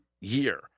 year